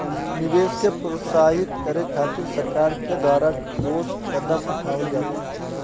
निवेश के प्रोत्साहित करे खातिर सरकार के द्वारा ठोस कदम उठावल जाता